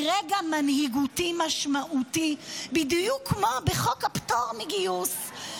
היא רגע מנהיגותי משמעותי בדיוק כמו בחוק הפטור מגיוס.